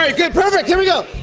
right, good. perfect! here we go!